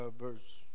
verse